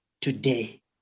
today